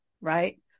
right